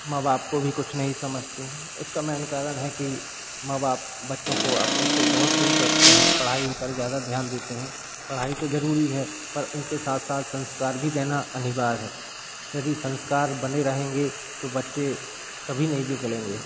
माँ बाप को हीं कुछ नहीं समझती उसका मेन कारण है कि माँ बाप अपने को बच्चों से बहुत दूर रखते हैं पढ़ाई पर ज़्यादा ध्यान देते हैं पढ़ाई तो ज़रूरी हैं पर उनके साथ साथ संस्कार भी देना अनिवार्य है यदि संस्कार बने रहेंगे तो बच्चे कभी नहीं बिगड़ेंगे